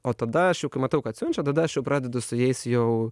o tada aš jau kai matau kad siunčia tada aš jau pradedu su jais jau